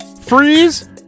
Freeze